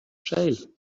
jail